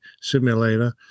simulator